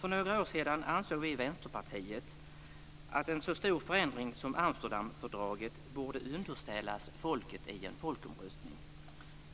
För några år sedan ansåg vi i Vänsterpartiet att en så stor förändring som Amsterdamfördraget borde underställas folket i en folkomröstning.